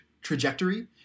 trajectory